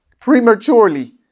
prematurely